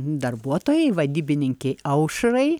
darbuotojai vadybininkei aušrai